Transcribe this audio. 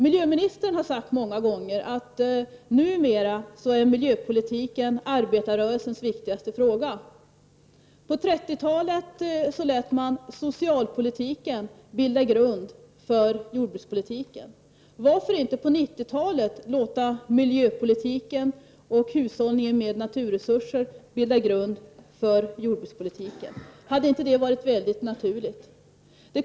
Miljöministern har många gånger sagt att numera är miljöpolitiken arbetarrörelsens viktigaste fråga. På 30-talet lät man socialpolitiken bilda grund för jordbrukspolitiken. Varför inte låta miljöpolitiken och hushållningen med naturresurser bilda grund för jordbrukspolitiken på 90-talet? Vore inte det naturligt?